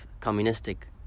communistic